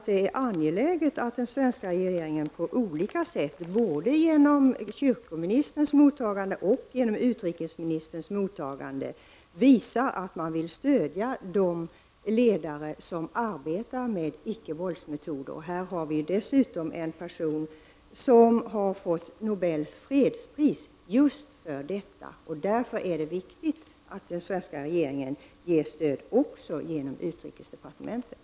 Det är angeläget att den svenska regeringen på olika sätt både genom kyrkoministerns mottagande och genom utrikesministerns mottagande visar att den vill stödja de ledare som arbetar med icke-vålds-metoder. Här har vi dessutom en person som har fått Nobels fredspris just för detta. Det är därför viktigt att den svenska regeringen ger stöd också genom utrikesdepartementet.